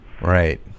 Right